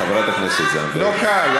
חברת הכנסת זנדברג, לא קל.